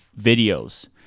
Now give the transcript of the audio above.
videos